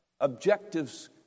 objectives